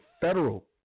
federal